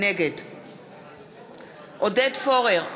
נגד עודד פורר,